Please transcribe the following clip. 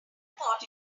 thought